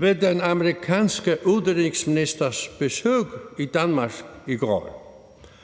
af den amerikanske udenrigsministers besøg i Danmark i går,